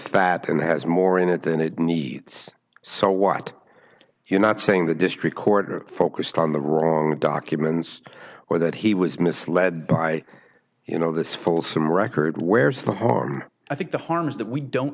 fat and has more in it than it needs so what you're not saying the district court are focused on the wrong documents or that he was misled by you know this fulsome record where's the harm i think the harm is that we don't